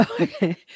Okay